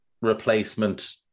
replacement